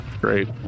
great